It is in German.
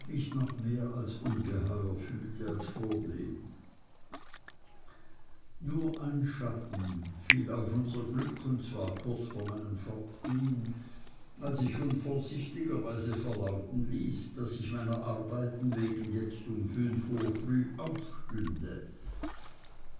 mich noch mehr als ungeheuer fühlte als vordem nur ein schatten fiel auf unser glück und zwar kurz vor meinem fortgehen als ich unvorsichtigerweise verlauten ließ daß ich meiner arbeiten wegen jetzt um fünf uhr früh aufstünde